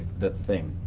the thing,